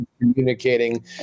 communicating